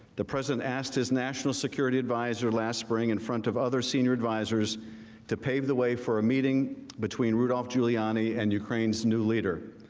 the president asked his national security visor last spring in front of other senior visors to pave the way for a meeting between rudy giuliani and ukraine's new leader.